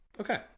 Okay